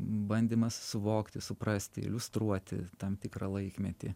bandymas suvokti suprasti iliustruoti tam tikrą laikmetį